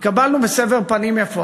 התקבלנו בסבר פנים יפות.